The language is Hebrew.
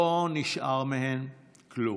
לא נשאר מהם כלום.